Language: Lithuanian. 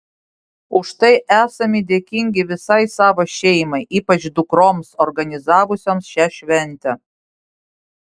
už tai esami dėkingi visai savo šeimai ypač dukroms organizavusioms šią šventę